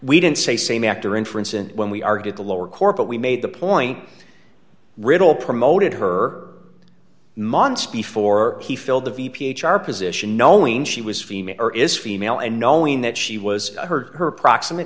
we didn't say same after inference and when we argued the lower court but we made the point riddle promoted her monts before he filled the v p h r position knowing she was female or is female and knowing that she was heard her approximate